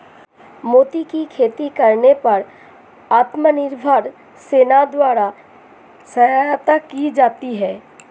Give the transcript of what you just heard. मोती की खेती करने पर आत्मनिर्भर सेना द्वारा सहायता की जाती है